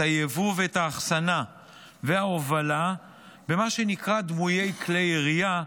את היבוא ואת האחסנה וההובלה של מה שנקרא דמויי כלי ירייה,